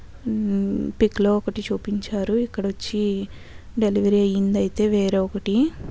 pick లో ఒకటి చూపించారు ఇక్కడ వచ్చి డెలివరీ అయింది అయితే వేరొకటి